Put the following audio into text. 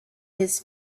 his